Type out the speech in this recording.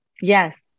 Yes